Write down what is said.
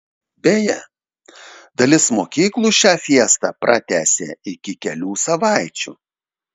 beje dalis mokyklų šią fiestą pratęsė iki kelių savaičių